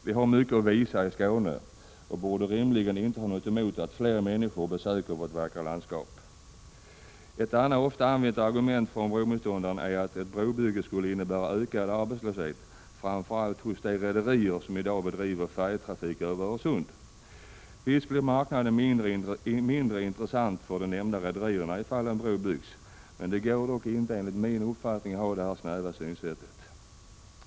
Vi har mycket att visa i Skåne och borde rimligen inte ha något emot att flera människor besöker vårt vackra landskap. Ett annat ofta använt argument från bromotståndarna är att ett brobygge skulle innebära ökad arbetslöshet, framför allt hos de rederier som i dag bedriver färjetrafik över Öresund. Visst blir marknaden mindre intressant för de nämnda rederierna ifall en bro byggs. Det går dock inte, enligt min uppfattning, att ha detta snäva synsätt.